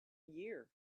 year